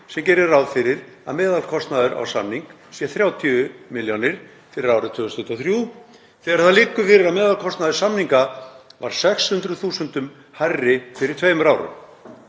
er gert ráð fyrir að meðalkostnaður á samning sé 30 millj. kr. fyrir árið 2023 þegar það liggur fyrir að meðalkostnaður samninga var 600 þús. kr. hærri fyrir tveimur árum.